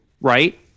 right